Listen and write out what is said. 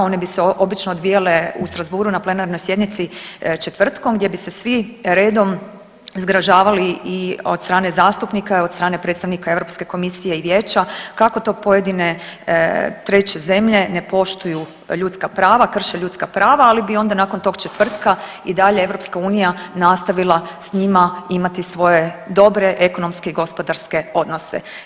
One bi se obično odvijale u Strasbourgu na plenarnoj sjednici četvrtkom gdje bi se svi redom zgražavali i od strane zastupnika i od strane predstavnika Europske komisije i vijeća kako to pojedine treće zemlje ne poštuju ljudska prava, krše ljudska prava ali bi onda nakon tog četvrtka i dalje EU nastavila s njima imati svoje dobre ekonomske i gospodarske odnose.